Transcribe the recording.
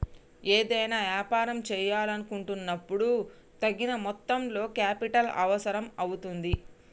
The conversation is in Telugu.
ఏదైనా యాపారం చేయాలనుకున్నపుడు తగిన మొత్తంలో కేపిటల్ అవసరం అవుతుంది